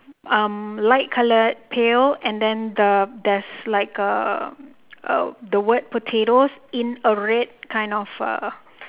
um light colour pale and then the there's like a the word potatoes in a red kind of uh